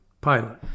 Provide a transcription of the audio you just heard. pilot